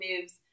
moves